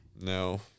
No